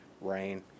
rain